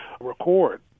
record